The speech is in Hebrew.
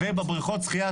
גם בבריכות השחייה,